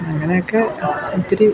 അങ്ങനെയൊക്കെ ഒത്തിരി